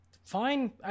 Fine